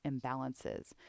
imbalances